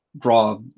draw